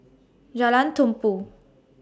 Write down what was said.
Jalan Tumpu